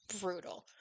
brutal